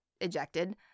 ejected